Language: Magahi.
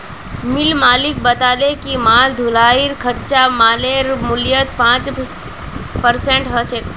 मिल मालिक बताले कि माल ढुलाईर खर्चा मालेर मूल्यत पाँच परसेंट ह छेक